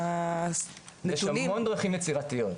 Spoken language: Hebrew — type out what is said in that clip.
הנתונים -- יש המון דרכים יצירתיות.